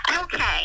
okay